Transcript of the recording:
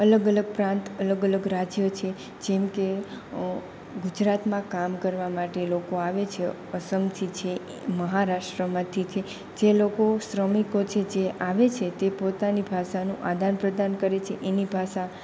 અલગ અલગ પ્રાંત અલગ અલગ રાજ્ય છે જેમકે ગુજરાતમાં કામ કરવા માટે લોકો આવે છે આસામથી છે મહારાષ્ટ્રમાંથી છે જે લોકો શ્રમિકો છે જે આવે છે તે પોતાની ભાષાનું આદાન પ્રદાન કરે છે એની ભાષા